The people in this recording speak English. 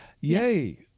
Yay